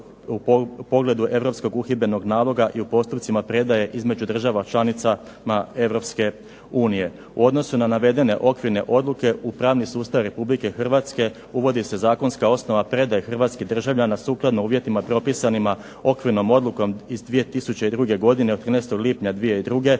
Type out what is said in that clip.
u pogledu Europskog uhidbenog naloga i u postupcima predaje između država članicama Europske unije. U odnosu na navedene okvirne odluke u pravni sustav Republike Hrvatske uvodi se zakonska osnova predaje hrvatskih državljana sukladno uvjetima propisanima okvirnom odlukom iz 2002. godine od 13. lipnja 2002., te